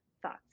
Thoughts